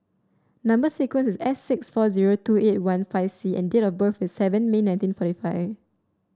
number sequence is S six four zero two eight one five C and date of birth is seven May nineteen forty five